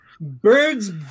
Birds